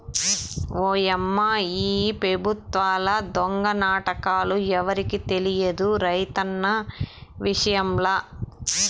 ఓయమ్మా ఈ పెబుత్వాల దొంగ నాటకాలు ఎవరికి తెలియదు రైతన్న విషయంల